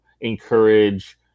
encourage